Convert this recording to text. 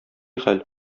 хәл